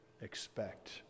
expect